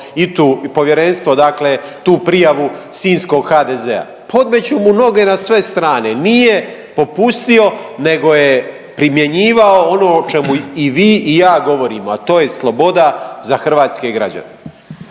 i tu, i Povjerenstvo dakle tu prijavu sinjskog HDZ-a, podmeću mu noge na sve strane, nije popustio nego je primjenjivao ono o čemu i vi i ja govorimo, a to je sloboda za hrvatske građane.